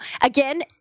again